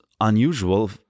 unusual